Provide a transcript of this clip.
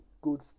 good